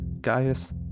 Gaius